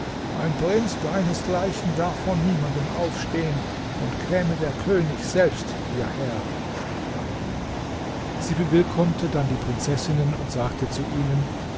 ein prinz deinesgleichen darf vor niemandem aufstehen und käme der könig selbst hierher sie bewillkommte dann die prinzessinnen und sagte zu ihnen